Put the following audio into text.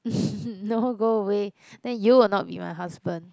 no go away then you will not be my husband